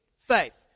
Faith